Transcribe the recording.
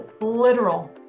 literal